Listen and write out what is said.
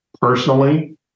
personally